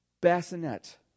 bassinet